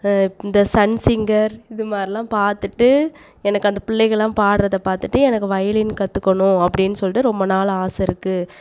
இந்த Sun singer இது மாதிரிலாம் பார்த்துட்டு எனக்கு அந்த பிள்ளைகலாம் பாடுறத பார்த்துட்டு எனக்கு வயலின் கற்றுக்கணும் அப்டின்னு சொல்லிட்டு ரொம்ப நாள் ஆசை இருக்குது